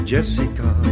Jessica